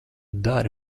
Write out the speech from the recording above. dari